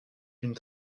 une